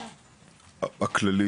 הכללי.